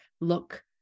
look